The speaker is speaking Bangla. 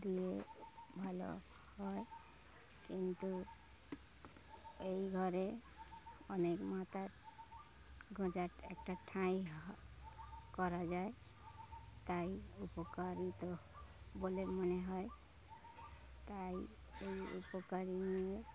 দিলে ভালো হয় কিন্তু এই ঘরে অনেক মাথা গোঁজার একটা ঠাঁই করা যায় তাই উপকারী বলে মনে হয় তাই এই উপকার নিয়ে